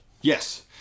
Yes